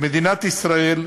למדינת ישראל,